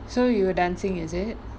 so you were dancing is it